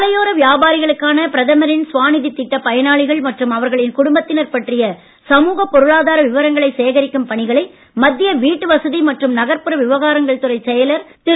சாலையோர வியாபாரிகளுக்கான பிரதமரின் ஸ்வாநிதித் திட்டப் பயனாளிகள் மற்றும் அவர்களின் குடும்பத்தினர் பற்றிய சமூக பொருளாதார விவரங்களை சேகரிக்கும் பணிகளை மத்திய வீட்டுவசதி மற்றும் நகர்புற விவகாரங்கள் துறைச் செயலர் திரு